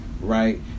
right